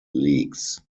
leagues